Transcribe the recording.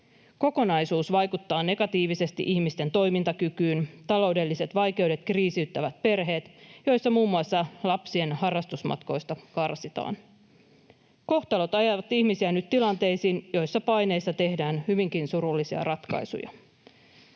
Kokonaisuus vaikuttaa negatiivisesti ihmisten toimintakykyyn ja taloudelliset vaikeudet kriisiyttävät perheitä, joissa muun muassa lasten harrastusmatkoista karsitaan. Kohtalot ajavat ihmisiä nyt tilanteisiin, joissa paineissa tehdään hyvinkin surullisia ratkaisuja.